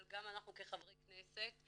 אבל גם אנחנו כחברי כנסת,